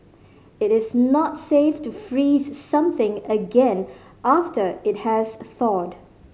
it is not safe to freeze something again after it has thawed